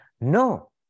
No